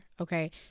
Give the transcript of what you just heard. okay